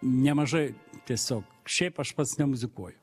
nemažai tiesiog šiaip aš pats nemuzikuoju